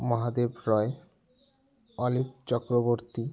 Mahadev Roy Alip Chakraborty